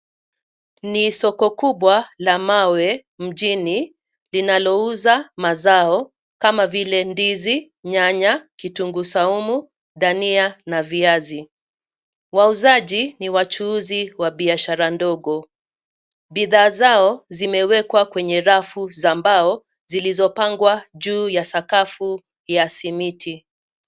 Ni soko kubwa la mawe mjini linalouza mazao kama vile; ndizi, nyanya, kitunguu saumu, dania na viazi. Wauzaji ni wachuuzi wa biashara ndogo. Bidhaa zao zimewekwa kwenye rafu za mbao zilizopangwa juu ya sakafu ya simiti.